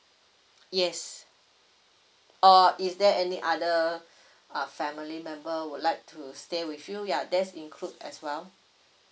yes uh is there any other uh family member would like to stay with you yeah that's include as well